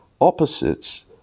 opposites